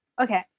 Okay